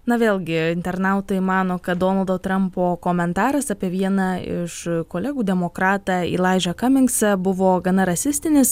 na vėlgi internautai mano kad donaldo trumpo komentaras apie vieną iš kolegų demokratą ilaižą kamingsą buvo gana rasistinis